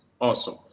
Awesome